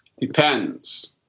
depends